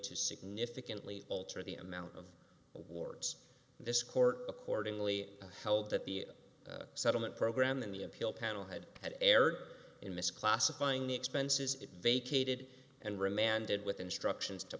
to significantly alter the amount of awards this court accordingly held that the settlement program in the appeal panel had erred in this classifying the expenses it vacated and remanded with instructions to